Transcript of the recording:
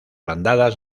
bandadas